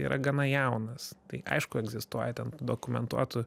yra gana jaunas tai aišku egzistuoja ten dokumentuotų